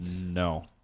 No